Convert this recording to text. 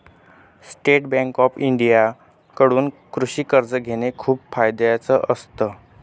state Bank of India कडून कृषि कर्ज घेण खूप फायद्याच असत